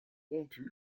rompus